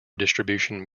distribution